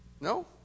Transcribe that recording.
No